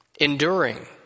enduring